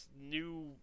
new